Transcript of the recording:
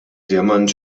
diamants